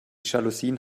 jalousien